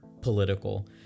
political